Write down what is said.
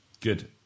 Good